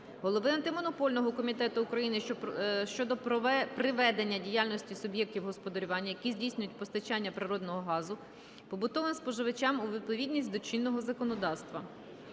голови Антимонопольного комітету України щодо приведення діяльності суб'єктів господарювання, які здійснюють постачання природного газу побутовим споживачам у відповідність до чинного законодавства.